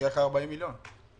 כי היה לך 40 מיליון שקל.